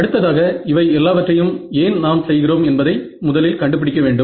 அடுத்ததாக இவை எல்லாவற்றையும் ஏன் நாம் செய்கிறோம் என்பதை முதலில் கண்டுபிடிக்க வேண்டும்